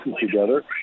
together